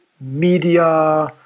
media